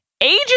ages